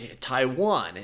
Taiwan